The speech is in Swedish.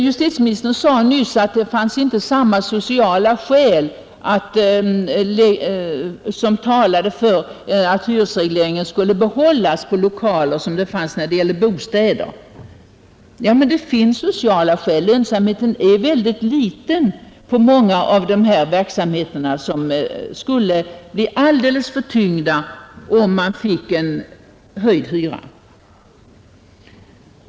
Justitieministern sade nyss att det inte var lika starka sociala skäl som talade för att hyresregleringen skulle behållas för lokaler som när det gäller bostäder. Ja, men det finns sociala skäl. Lönsamheten är väldigt liten för många av de här verksamheterna som skulle bli alldeles för betungade om de fick en höjd hyra.